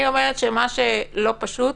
אני אומרת שמה שלא פשוט